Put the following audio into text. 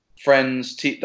friends